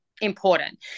important